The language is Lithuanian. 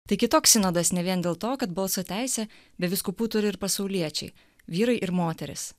taigi toks sinodas ne vien dėl to kad balso teisė bet vyskupų turi ir pasauliečiai vyrai ir moterys